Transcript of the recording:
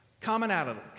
Commonality